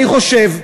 אני חושב,